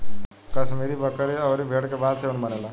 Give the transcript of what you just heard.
कश्मीरी बकरी अउरी भेड़ के बाल से इ ऊन बनेला